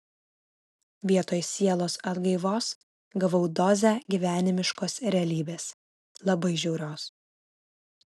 vietoj sielos atgaivos gavau dozę gyvenimiškos realybės labai žiaurios